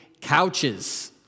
couches